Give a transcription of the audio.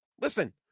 listen